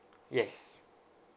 yes